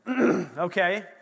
Okay